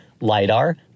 LiDAR